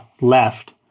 left